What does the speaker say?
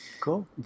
Cool